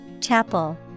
Chapel